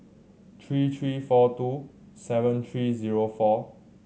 three three four two seven three zero four